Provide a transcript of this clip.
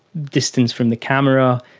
distance from the camera,